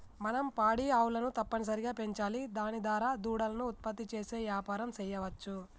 మనం పాడి ఆవులను తప్పనిసరిగా పెంచాలి దాని దారా దూడలను ఉత్పత్తి చేసి యాపారం సెయ్యవచ్చు